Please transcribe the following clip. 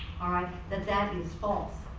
all right, that that is false.